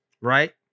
right